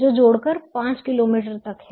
जो जोड़कर 5 किलोमीटर तक है